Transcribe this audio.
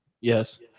Yes